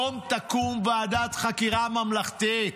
קום תקום ועדת חקירה ממלכתית.